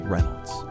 Reynolds